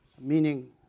meaning